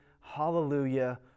Hallelujah